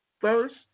first